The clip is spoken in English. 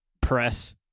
press